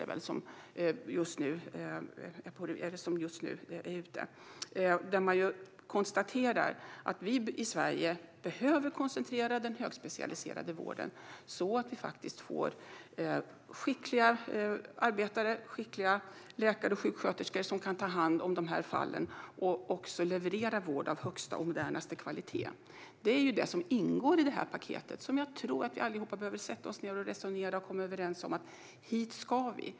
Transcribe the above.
Där konstaterar man att vi i Sverige behöver koncentrera den högspecialiserade vården, så att vi får skickliga läkare och sjuksköterskor som kan ta hand om de här fallen och leverera vård av högsta och mest moderna kvalitet. Det är detta som ingår i det här paketet, och jag tror att vi allihop behöver sätta oss ned, resonera och komma överens om att hit ska vi.